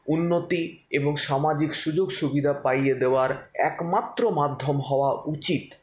উন্নতি এবং সামাজিক সুযোগ সুবিধা পাইয়ে দেওয়ার একমাত্র মাধ্যম হওয়া উচিত